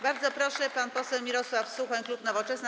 Bardzo proszę, pan poseł Mirosław Suchoń, klub Nowoczesna.